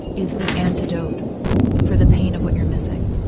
is the antidote for the pain of what your missing.